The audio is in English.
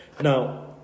now